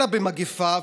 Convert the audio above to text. אלא במגפה.